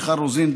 מיכל רוזין,